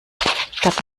statt